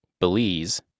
belize